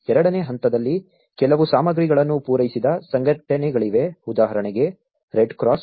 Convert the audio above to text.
ಎರಡನೇ ಹಂತದಲ್ಲಿ ಕೆಲವು ಸಾಮಗ್ರಿಗಳನ್ನು ಪೂರೈಸಿದ ಸಂಘಗಳಿವೆ ಉದಾಹರಣೆಗೆ ರೆಡ್ಕ್ರಾಸ್